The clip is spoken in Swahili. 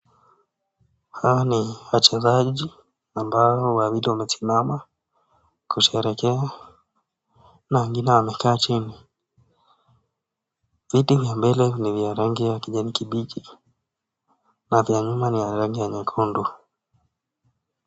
Hawa ni wachezaji ambao wawili wamesimama kusherekea, na wengine wamekaa chini kiti ya mbele rangi ya kijani kibichi, na ya nyuma rangi ya nyekundu.